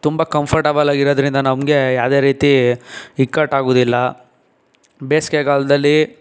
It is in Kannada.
ತುಂಬ ಕಂಫರ್ಟಬಲ್ ಆಗಿರೋದ್ರಿಂದ ನಮಗೆ ಯಾವುದೇ ರೀತಿ ಇಕ್ಕಟ್ಟು ಆಗುವುದಿಲ್ಲ ಬೇಸಿಗೆಗಾಲದಲ್ಲಿ